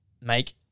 make